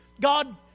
God